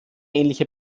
ähnliche